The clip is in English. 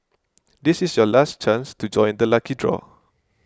this is your last chance to join the lucky draw